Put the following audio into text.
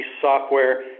software